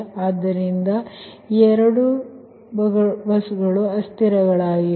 ಆದ್ದರಿಂದ ಆದ್ದರಿಂದ 2 ಅಸ್ಥಿರಗಳಾಗಿವೆ